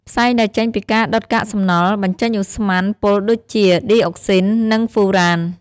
ផ្សែងដែលចេញពីការដុតកាកសំណល់ បញ្ចេញឧស្ម័នពុលដូចជា ឌីអុកស៊ីន និងហ្វូរ៉ាន។